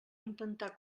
intentar